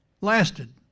lasted